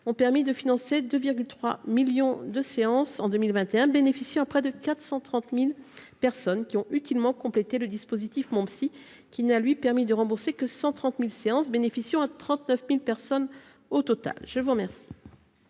ont permis de financer de 3 millions de séance en 2021 bénéficier auprès de 430000 personnes qui ont utilement compléter le dispositif MonPsy qui n'a, lui, permis de remboursé que 130000 séance bénéficiant à 39000 personnes au total, je vous remercie.